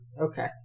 Okay